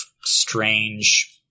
strange